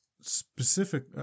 specific